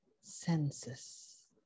senses